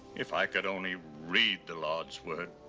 if i could only read the lord's word.